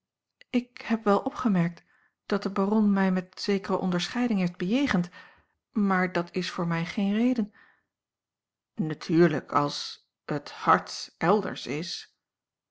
ik heb wel opgemerkt dat de baron mij met zekere onderscheiding heeft bejegend maar dat is voor mij geen reden natuurlijk als het hart elders is